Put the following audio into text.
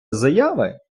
заяви